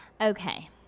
Okay